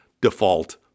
default